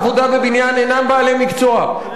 ואפשר להכשיר אותם לעבודה בחקלאות,